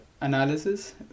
analysis